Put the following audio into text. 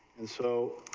and so,